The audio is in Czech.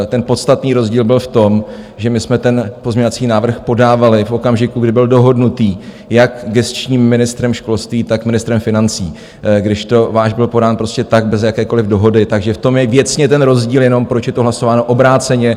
Ten podstatný rozdíl byl v tom, že my jsme ten pozměňovací návrh podávali v okamžiku, kdy byl dohodnutý jak gesčním ministrem školství, tak ministrem financí, kdežto váš byl podán prostě tak bez jakékoliv dohody, takže v tom je věcně ten rozdíl jenom, proč je to hlasováno obráceně.